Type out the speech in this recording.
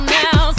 now